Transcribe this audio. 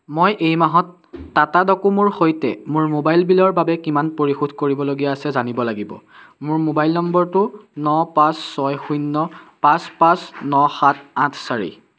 মই এই মাহত টাটা ডকোমোৰ সৈতে মোৰ মোবাইল বিলৰ বাবে কিমান পৰিশোধ কৰিবলগীয়া আছে জানিব লাগিব মোৰ মোবাইল নম্বৰটো ন পাঁচ ছয় শূন্য পাঁচ পাঁচ ন সাত আঠ চাৰি